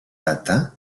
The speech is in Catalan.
data